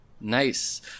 Nice